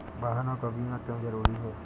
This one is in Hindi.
वाहनों का बीमा क्यो जरूरी है?